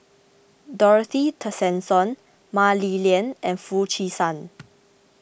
Dorothy Tessensohn Mah Li Lian and Foo Chee San